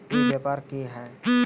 ई व्यापार की हाय?